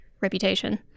reputation